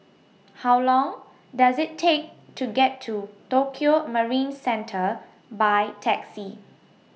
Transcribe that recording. How Long Does IT Take to get to Tokio Marine Centre By Taxi